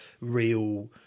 real